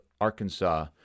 Arkansas